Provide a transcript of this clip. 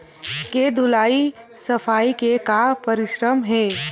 के धुलाई सफाई के का परामर्श हे?